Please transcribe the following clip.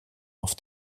auf